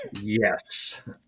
Yes